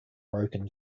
broken